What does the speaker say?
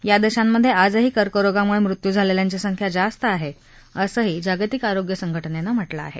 या देशांमध्ये आजही कर्करोगामुळे मृत्यू झालेल्यांची संख्या जास्त आहे असंही जागतिक आरोग्य संघटनेनं म्हटलं आहे